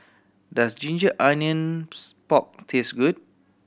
does ginger onions pork taste good